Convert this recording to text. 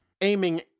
aiming